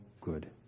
good